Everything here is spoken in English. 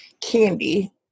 Candy